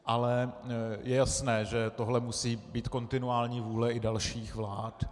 Ale je jasné, že tohle musí být kontinuální vůle i dalších vlád.